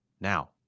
now